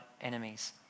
enemies